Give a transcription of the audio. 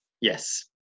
Yes